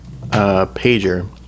pager